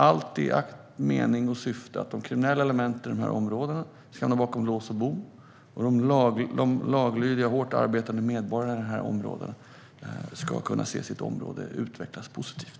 Allt detta gör vi i akt och mening att se till att de kriminella elementen i de här områdena ska hamna bakom lås och bom och att de laglydiga hårt arbetande medborgarna i de här områdena ska kunna se sitt område utvecklas positivt.